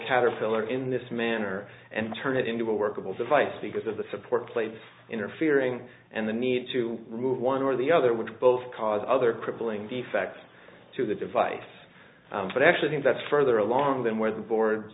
caterpillar in this manner and turn it into a workable device because of the support plate interfering and the need to remove one or the other would both cause other crippling defects to the device but i actually think that's further along than where the board